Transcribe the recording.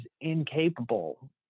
incapable